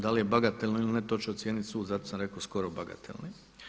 Da li je bagatelni ili ne, to će ocijeniti sud, zato sam rekao skoro bagatelni.